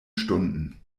stunden